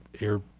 air